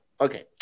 Okay